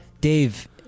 Dave